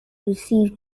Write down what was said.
receive